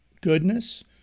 goodness